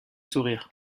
sourire